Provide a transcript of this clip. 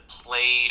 play